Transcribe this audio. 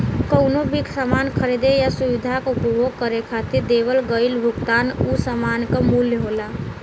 कउनो भी सामान खरीदे या सुविधा क उपभोग करे खातिर देवल गइल भुगतान उ सामान क मूल्य होला